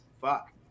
fuck